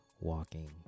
walking